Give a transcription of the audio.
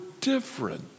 different